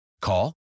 Call